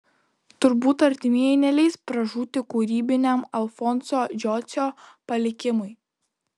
turbūt artimieji neleis pražūti kūrybiniam alfonso jocio palikimui